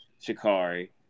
Shikari